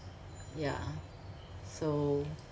ya so